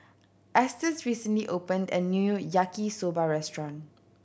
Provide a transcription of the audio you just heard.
Estes recently opened a new Yaki Soba restaurant